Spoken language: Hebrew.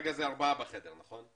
וכרגע זה ארבעה בחדר, נכון?